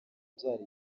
ibyara